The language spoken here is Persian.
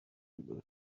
بود